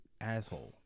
asshole